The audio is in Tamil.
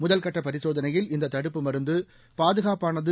முதற்கட்ட பரிசோதனையில் இந்த தடுப்பு மருந்து பாதுகாப்பானது